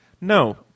No